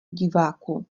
diváků